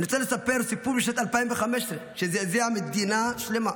אני רוצה לספר סיפור משנת 2015 שזעזע מדינה שלמה,